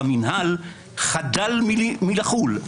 במינהל חדל מלחול.